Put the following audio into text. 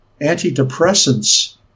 antidepressants